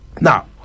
Now